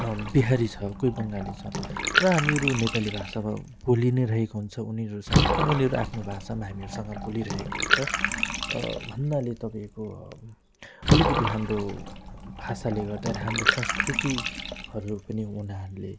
बिहारी छ कोही बङ्गाली छ र हामीहरू नेपाली भाषा अब बोलिनै रहेको हुन्छ उनीहरूसँग तर उनीहरू आफ्नो भाषा हामीहरूसँग बोलिरहेको हुन्छ भन्नाले तपाईँको अलिकति हाम्रो भाषाले गर्दा हाम्रो संस्कृतिहरू पनि उनीहरूले